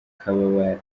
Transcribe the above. kababaro